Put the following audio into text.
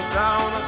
down